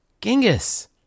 Genghis